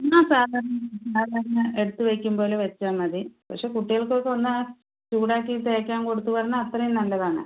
എന്നാ സാധാരണ സാധാരണ എടുത്ത് വെയ്ക്കും പോലെ വെച്ചാൽ മതി പക്ഷെ കുട്ടികൾക്ക് ഒക്കെ ഒന്ന് ചൂട് ആക്കി തേയ്ക്കാൻ കൊടുത്തു പറഞ്ഞാൽ അത്രയും നല്ലതാണ്